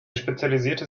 spezialisierte